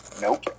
Nope